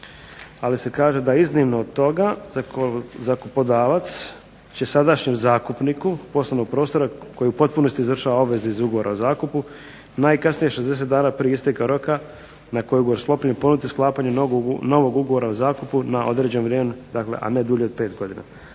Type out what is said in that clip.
ali se kaže da iznimno od toga zakupodavac će sadašnjem zakupniku poslovnog prostora, koji u potpunosti izvršava obveze iz ugovora o zakupu najkasnije 60 dana prije isteka roka na koji je ugovor sklopljen ponuditi sklapanje novog ugovora o zakupu na određeno vrijeme, dakle a ne dulje od 5 godina,